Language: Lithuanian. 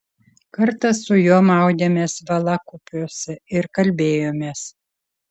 kartą su juo maudėmės valakupiuose ir kalbėjomės